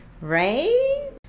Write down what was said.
right